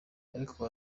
ariko